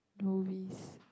movies